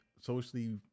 socially